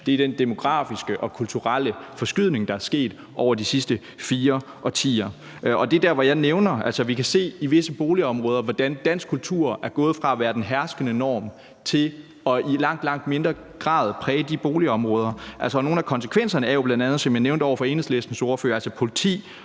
er den demografiske og kulturelle forskydning, der er sket over de sidste fire årtier. Og det er der, hvor jeg nævner, at vi i visse boligområder kan se, hvordan dansk kultur er gået fra at være den herskende norm til i langt, langt mindre grad at præge de boligområder. Nogle af konsekvenserne er jo bl.a., som jeg nævnte over for Enhedslistens ordfører, politi